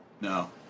No